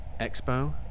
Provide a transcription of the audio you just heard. Expo